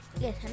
Yes